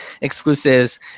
exclusives –